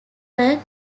were